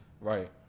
Right